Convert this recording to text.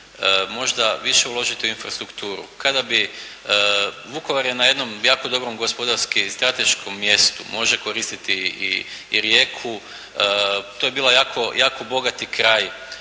možda više uložiti u infrastrukturu. Kada bi, Vukovar je na jednom jako dobrom gospodarski-strateškom mjestu. Može koristiti i rijeku, to je bio jako bogati kraj